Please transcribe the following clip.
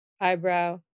Eyebrow